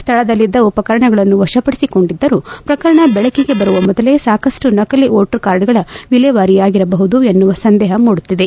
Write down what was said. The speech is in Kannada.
ಸ್ಥಳದಲ್ಲಿದ್ದ ಉಪಕರಣಗಳನ್ನು ವಶಪಡಿಸಿಕೊಂಡಿದ್ದರೂ ಪ್ರಕರಣ ಬೆಳಕಿಗೆ ಬರುವ ಮೊದಲೇ ಸಾಕಷ್ಟು ನಕಲಿ ವೋಟರ್ ಕಾರ್ಡ್ಗಳ ವಿಲೇವಾರಿಯಾಗಿರಬಹುದು ಎನ್ನುವ ಸಂದೇಹ ಮೂಡುತ್ತಿದೆ